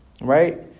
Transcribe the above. Right